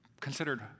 considered